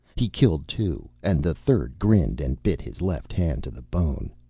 he killed two, and the third grinned and bit his left hand to the bone.